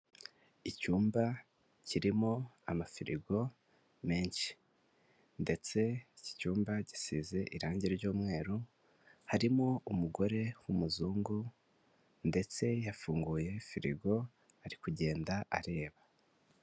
Icyumba kirimo amafirigo menshi ndetse iki cyumba gisize irangi ry'umweru, harimo umugore w'umuzungu ndetse yafunguye firigo ari kugenda areba.